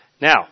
Now